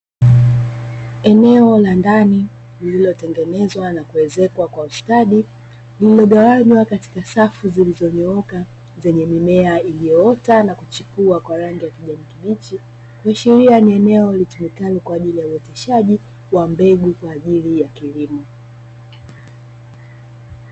Eneo la ndani lililotengenezwa na kuezekwa kwa ustadi lililogawanywa katika safu zilizonyooka zenye mimea iliyoota na kuchipua kwa rangi ya kijani kibichi, kuashiria ni eneo litumikalo kwa ajili ya uoteshaji wa mbegu kwa ajili ya kilimo.